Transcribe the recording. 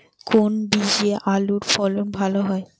কোন বীজে আলুর ফলন ভালো হয়?